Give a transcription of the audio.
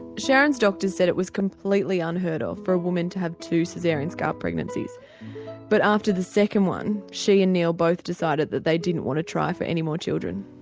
sharon's doctor said it was completely unheard of for a woman to have two so caesarean scar pregnancies but after the second one she and neil both decided that they didn't want to try for any more children.